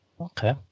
Okay